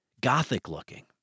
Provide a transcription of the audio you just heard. Gothic-looking